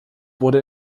wurde